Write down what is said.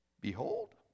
Behold